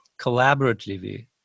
collaboratively